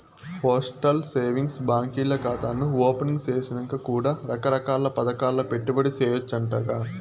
postal savings బాంకీల్ల కాతాను opening సేసినంక కూడా రకరకాల్ల పదకాల్ల పెట్టుబడి సేయచ్చంటగా